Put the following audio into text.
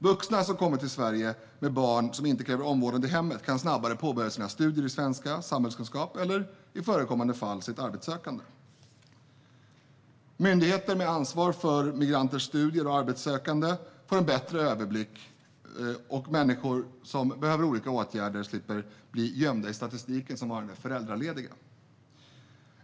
Vuxna som kommit till Sverige med barn som inte kräver omvårdnad i hemmet kan snabbare påbörja sina studier i svenska och samhällskunskap eller, i förekommande fall, sitt arbetssökande. Myndigheter med ansvar för migranters studier och arbetssökande får en bättre överblick, och människor som behöver olika åtgärder slipper att bli gömda i statistiken som varande "föräldralediga".